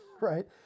right